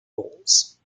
roles